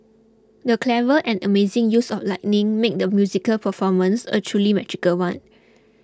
the clever and amazing use of lighting made the musical performance a truly magical one